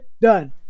done